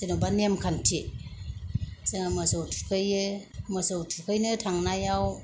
जेन'बा नेम खान्थि जोङो मोसौ थुखैयो मोसौ थुखैनो थांनायाव